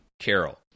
Carol